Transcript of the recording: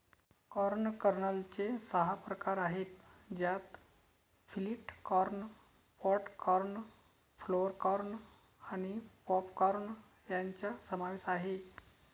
corn कर्नलचे सहा प्रकार आहेत ज्यात flint corn, pod corn, flour corn आणि पॉप कॉर्न यांचा समावेश आहे